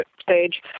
stage